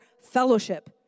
fellowship